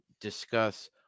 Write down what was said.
discuss